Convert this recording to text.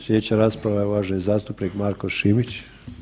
Slijedeća rasprava je uvaženi zastupnik Marko Šimić.